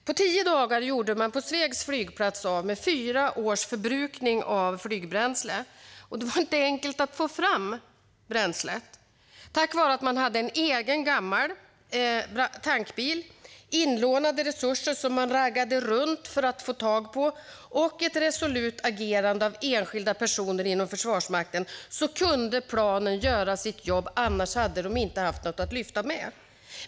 På tio dagar gjorde man på Svegs flygplats av med fyra års förbrukning av flygbränsle. Det var inte enkelt att få fram bränslet. Tack vare en egen gammal tankbil som man hade, inlånade resurser som man raggade runt för att få tag på och ett resolut agerande av enskilda personer inom Försvarsmakten kunde planen göra sitt jobb. Annars hade de inte haft något att lyfta med.